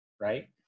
right